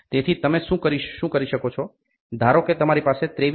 તેથી તમે શું કરી શકો ધારો કે તમારી પાસે 23